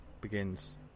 begins